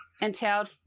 entailed